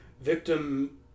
victim